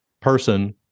person